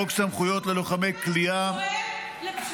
חוק סמכויות ללוחמי כליאה -- מה קשור חוק